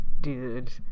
Dude